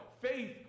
faith